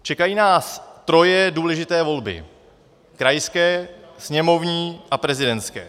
Čekají nás troje důležité volby krajské, sněmovní a prezidentské.